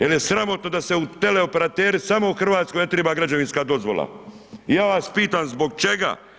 Jer je sramotno da se u teleoperateri samo u Hrvatskoj ne treba građevinska dozvola, ja vas pitam zbog čega?